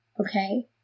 okay